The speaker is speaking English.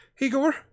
Igor